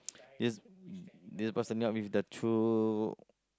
yes this person yup with the true